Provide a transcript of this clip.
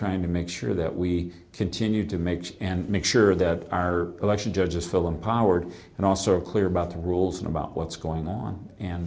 trying to make sure that we continue to make and make sure that our election judges feel empowered and also clear about the rules and about what's going on and